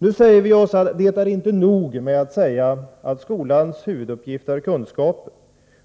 Nu säger vi att det inte är nog med att slå fast att skolans huvuduppgift är att förmedla kunskaper,